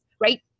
right